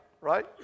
right